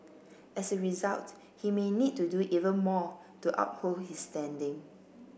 as a result he may need to do even more to uphold his standing